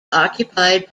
occupied